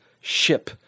ship